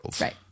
Right